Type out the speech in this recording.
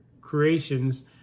creations